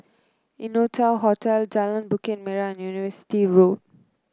Innotel Hotel Jalan Bukit Merah and University Road